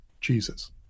Jesus